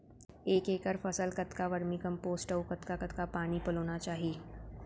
एक एकड़ फसल कतका वर्मीकम्पोस्ट अऊ कतका कतका पानी पलोना चाही?